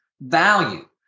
value